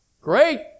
Great